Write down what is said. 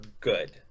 good